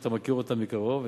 שאתה מכיר אותה מקרוב,